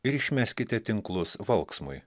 ir išmeskite tinklus valksmui